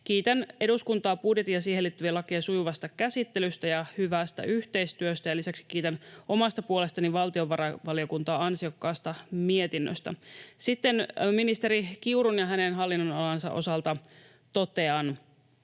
Kiitän eduskuntaa budjetin ja siihen liittyvien lakien sujuvasta käsittelystä ja hyvästä yhteistyöstä, ja lisäksi kiitän omasta puolestani valtiovarainvaliokuntaa ansiokkaasta mietinnöstä. Sitten ministeri Kiurun ja hänen hallinnonalansa osalta totean: